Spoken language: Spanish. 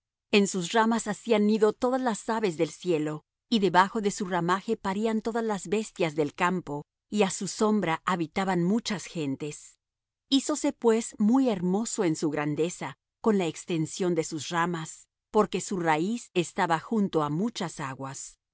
en sus ramas hacían nido todas las aves del cielo y debajo de su ramaje parían todas las bestias del campo y á su sombra habitaban muchas gentes hízose pues hermoso en su grandeza con la extensión de sus ramas porque su raíz estaba junto á muchas aguas